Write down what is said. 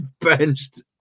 benched